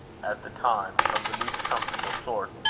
at the time, of the least comfortable sort,